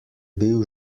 bil